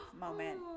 moment